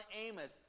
Amos